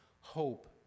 hope